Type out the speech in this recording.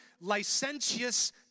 licentious